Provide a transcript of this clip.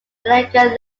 elegant